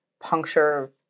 puncture